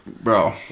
Bro